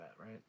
right